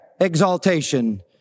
exaltation